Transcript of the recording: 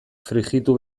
frijitu